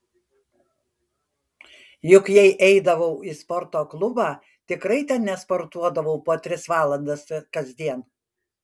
juk jei eidavau į sporto klubą tikrai ten nesportuodavau po tris valandas kasdien